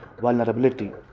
vulnerability